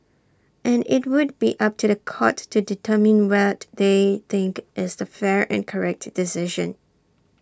and IT would be up to The Court to determine what they think is the fair and correct decision